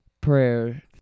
prayer